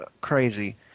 crazy